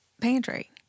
pantry